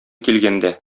килгәндә